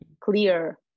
clear